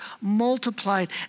multiplied